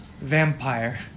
vampire